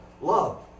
love